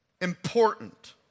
important